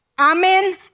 Amen